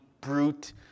brute